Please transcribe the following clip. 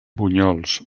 bunyols